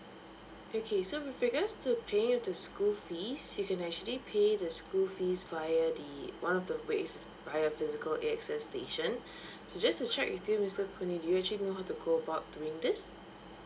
okay so with regards to paying the school fees you can actually pay the school fees via the one of the ways via physical A_X_S station so just to check with you mister puh nee do you actually know how to go about doing this